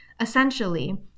Essentially